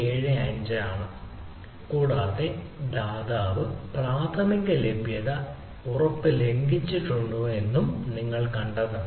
75 ആണ് കൂടാതെ ദാതാവ് പ്രാഥമിക ലഭ്യത ഉറപ്പ് ലംഘിച്ചിട്ടുണ്ടോ എന്ന് നിങ്ങൾ കണ്ടെത്തണം